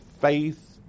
faith